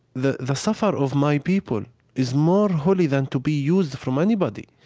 the the suffer of my people is more holy than to be used from anybody,